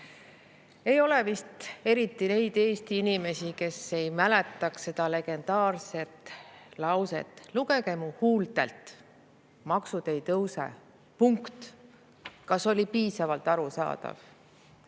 Ei ole vist eriti neid Eesti inimesi, kes ei mäletaks seda legendaarset lauset: "Lugege mu huultelt: maksud ei tõuse. Punkt. Kas oli [liiga keeruline]?"